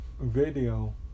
video